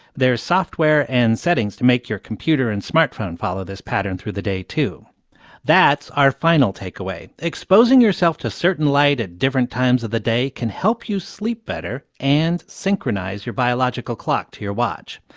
there's software and settings to make your computer and smartphone follow this pattern through the day, too that's our final takeaway exposing yourself to certain light at different times of the day can help you sleep better and synchronize your biological clock to your watch.